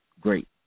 great